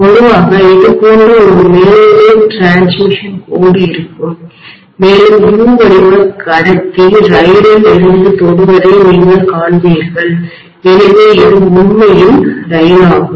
பொதுவாக இது போன்ற ஒரு மேல்நிலை பரிமாற்றடிரான்ஸ்மிஷன்க் கோடு இருக்கும் மேலும் U வடிவ கடத்தி ரயிலில் இருந்து தொடுவதை நீங்கள் காண்பீர்கள் எனவே இது உண்மையில் ரயில்ஆகும்